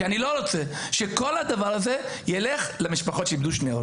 שאני לא רוצה שכל הדבר הזה ילך למשפחות שאיבדו שני הורים.